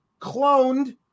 cloned